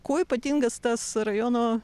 kuo ypatingas tas rajono